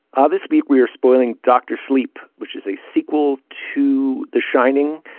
ah this week we are spoiling doctor sleep which is a sequel to the shining.